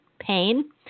pain